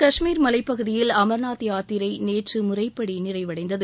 கஷ்மீர் மலைப்பகுதியில் அமர்நாத் யாத்திரை நேற்று முறைப்படி நிறைவடைந்தது